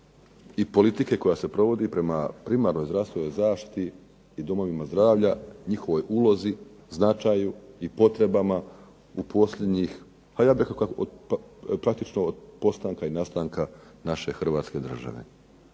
i politike koja se provodi prema primarnoj zdravstvenoj zaštiti i domovima zdravlja, njihovoj ulozi, značaju i potrebama u posljednjih pa ja bih rekao, praktično od postanka i nastanka naše hrvatske države.